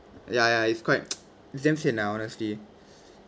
ya ya it's quite it's damn sian lah honestly